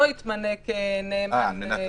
לא יתמנה כמנהל.